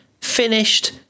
finished